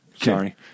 sorry